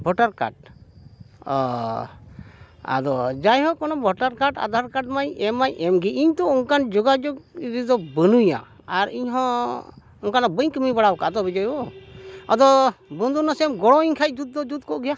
voter card ᱚᱻ ᱟᱫᱚ ᱡᱟᱭᱦᱳᱠ ᱚᱱᱟ ᱵᱷᱳᱴᱟᱨ ᱠᱟᱨᱰ ᱟᱫᱷᱟᱨ ᱠᱟᱨᱰ ᱢᱟᱧ ᱮᱢ ᱢᱟᱧ ᱮᱢᱜᱮ ᱤᱧ ᱛᱚ ᱚᱱᱠᱟᱱ ᱡᱳᱜᱟᱡᱳᱜᱽ ᱨᱮᱫᱚ ᱵᱟᱹᱱᱩᱧᱟ ᱟᱨ ᱤᱧ ᱦᱚᱸ ᱚᱱᱠᱟᱱᱟᱜ ᱵᱟᱹᱧ ᱠᱟᱢᱤ ᱵᱟᱲᱟᱣ ᱠᱟᱜᱼᱟ ᱛᱚ ᱵᱤᱡᱚᱭ ᱵᱟᱹᱵᱩ ᱟᱫᱚ ᱵᱚᱱᱫᱷᱩ ᱱᱟᱥᱮᱭᱟᱜ ᱮᱢ ᱜᱚᱲᱚᱣ ᱟᱹᱧ ᱠᱷᱟᱱ ᱡᱩᱛ ᱫᱚ ᱡᱩᱛ ᱠᱚᱜ ᱜᱮᱭᱟ